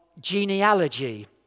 genealogy